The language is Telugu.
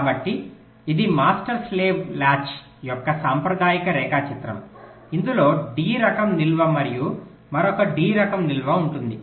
కాబట్టి ఇది మాస్టర్ స్లేవ్ లాచ్ యొక్క సాంప్రదాయిక రేఖాచిత్రం ఇందులో D రకం నిల్వ మరియు మరొక D రకం నిల్వ ఉంటుంది